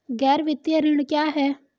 गैर वित्तीय ऋण क्या है?